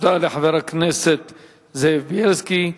תודה לחבר הכנסת זאב בילסקי.